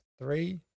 three